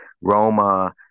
Roma